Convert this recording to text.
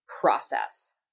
process